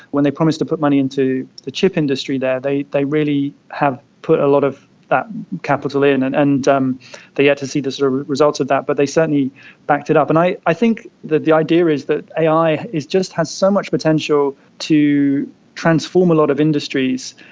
when they promised to put money into the chip industry there they they really have put a lot of that capital in and and um they are yet to see the sort of results of that but they certainly backed it up. and i i think that the idea is that ai just has so much potential to transform a lot of industries,